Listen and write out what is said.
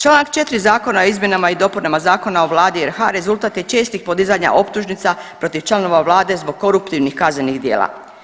Članak 4. Zakona o izmjenama i dopunama Zakona o Vladi RH rezultat je čestih podizanja optužnica protiv članova vlade zbog koruptivnih kaznenih djela.